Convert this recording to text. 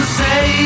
say